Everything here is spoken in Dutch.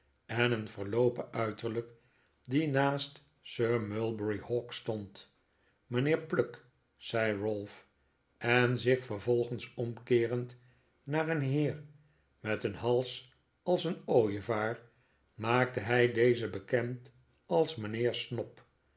en een verloopen uiterlijk die naast sir mulberry hawk stond mijnheer pluck zei ralph en zich vervolgens omkeerend naar een heer met een hals als een ooievaar maakte hij dezen bekend als mijnheer